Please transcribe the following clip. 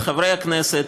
את חברי הכנסת